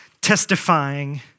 testifying